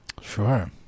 sure